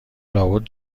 لابد